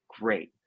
Great